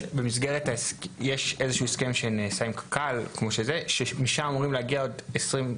יש הסכם שנעשה עם קק"ל ומשם אמורים להגיע עוד סכום.